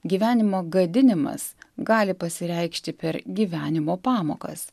gyvenimo gadinimas gali pasireikšti per gyvenimo pamokas